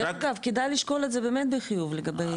דרך אגב, כדאי לשקול את זה באמת בחיוב לגבי.